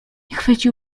chwycił